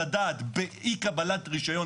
והיה להם חשוב לתת שירות לבעלי העסקים,